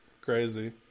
crazy